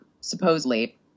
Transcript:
supposedly